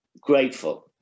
grateful